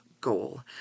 goal